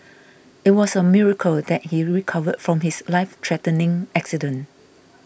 it was a miracle that he recovered from his lifethreatening accident